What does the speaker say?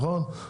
נכון?